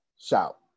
shout